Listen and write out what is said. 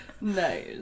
nice